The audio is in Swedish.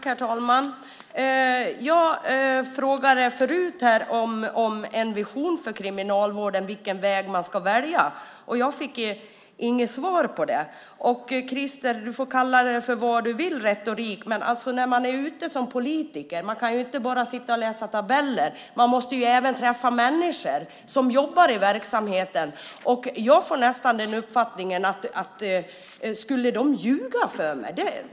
Herr talman! Jag efterfrågade förut en vision för kriminalvården, vilken väg man ska välja. Jag fick inget svar på det. Krister, du får kalla det för retorik eller vad du vill, men som politiker kan man inte bara läsa tabeller, utan man måste även träffa människor som jobbar i verksamheten. Skulle de ljuga för mig?